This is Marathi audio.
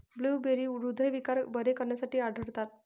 ब्लूबेरी हृदयविकार बरे करण्यासाठी आढळतात